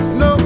no